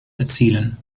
erzielen